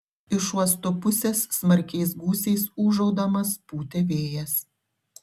iš uosto pusės smarkiais gūsiais ūžaudamas pūtė vėjas